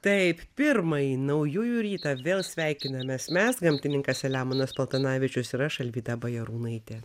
taip pirmąjį naujųjų rytą vėl sveikinamės mes gamtininkas selemonas paltanavičius ir aš alvyda bajarūnaitė